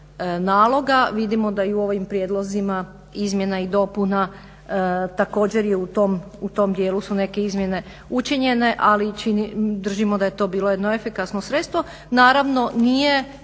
naloga. Vidimo da i u ovim prijedlozima izmjena i dopuna također je u tom, u tom dijelu su neke izmjene učinjene ali čini, ali držimo da je to bilo jedno efikasno sredstvo, naravno nije